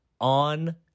on